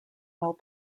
while